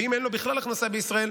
ואם אין לו בכלל הכנסה בישראל,